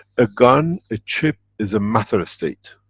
a gun, a chip, is a matter-state.